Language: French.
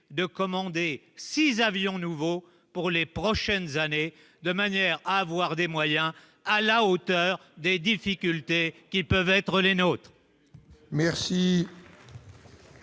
de commander 6 avions nouveaux pour les prochaines années, de manière à avoir des moyens à la hauteur des difficultés qui peuvent être les nôtres.